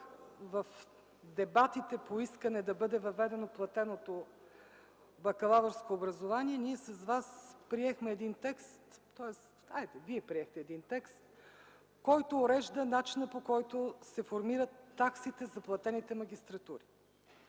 в дебатите по искане да бъде въведено платеното бакалавърско образование ние с вас приехме един текст (тоест – хайде, вие приехте един текст), който урежда начинът, по който се формират таксите за платените магистратури;